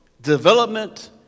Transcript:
development